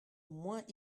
moins